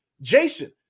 Jason